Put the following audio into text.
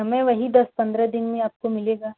समय वही दस पंद्रह दिन में आपको मिलेगा